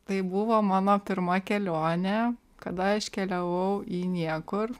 tai buvo mano pirma kelionė kada aš keliavau į niekur